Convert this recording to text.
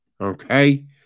okay